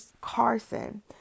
Carson